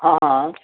हँ